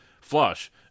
flush